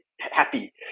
happy